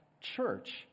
church